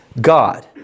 God